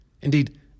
indeed